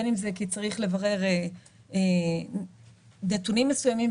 בין אם זה כי צריך לברר נתונים מסוימים,